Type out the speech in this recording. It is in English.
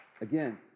Again